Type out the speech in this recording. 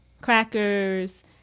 crackers